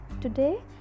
today